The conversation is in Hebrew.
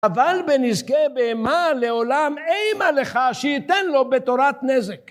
אבל בנזקי בהמה לעולם אימא לך שייתן לו בתורת נזק.